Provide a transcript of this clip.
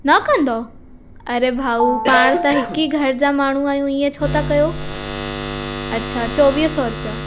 न कंदव अड़े भाऊ पाण त हिक ई घर जा माण्हू आहियूं इअं छो था कयो अछा चोवीह सौ रुपिया